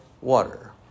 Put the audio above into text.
water